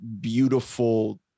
beautiful